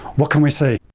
what can we see?